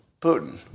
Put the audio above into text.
Putin